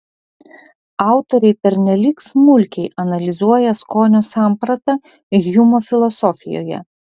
autoriai pernelyg smulkiai analizuoja skonio sampratą hjumo filosofijoje